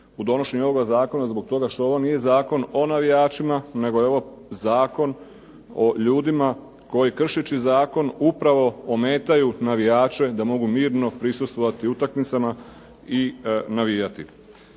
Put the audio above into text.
u donošenju ovoga zakona zbog toga što ovo nije zakon o navijačima, nego je ovo zakon o ljudima koji kršeći zakon upravo ometaju navijače da mogu mirno prisustvovati utakmicama i navijati.